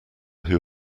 who